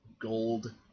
gold